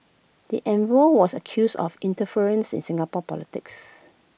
the envoy was accused of interference in Singapore politics